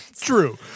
True